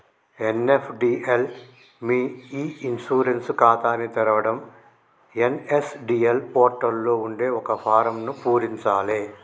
NSDL మీ e insurance ఖాతాని తెరవడం ఎన్.ఎస్.డి.ఎల్ పోర్టల్ లో ఉండే ఒక ఫారమ్ను పూరించాలే